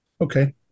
Okay